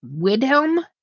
Widhelm